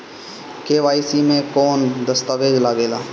KYC मे कौन दश्तावेज लागेला?